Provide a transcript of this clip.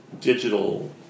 digital